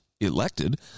Elected